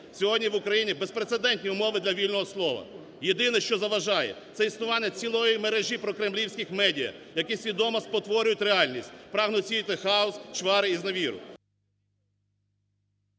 Сьогодні в Україні безпрецедентні умови для вільного слова, єдине, що заважає, це існування цілої мережі прокремлівських медіа, які свідомо спотворюють реальність, прагнуть сіяти хаос, чвари і зневіру.